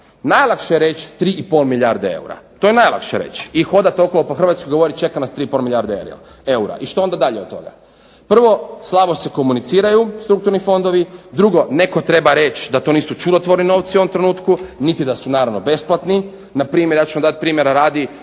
Najlakše je reći 3 i pol milijarde eura. To je najlakše reći. I hodati okolo po Hrvatskoj i govoriti čeka nam 3 i pol milijarde eura. I što onda dalje od toga? Prvo, slabo se komuniciraju strukturni fondovi. Drugo, netko treba reći da to nisu čudotvorni novci u ovom trenutku, niti da su naravno besplatni. Npr. ja ću vam dati primejra radi